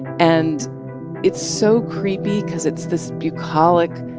and it's so creepy because it's this bucolic,